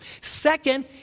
Second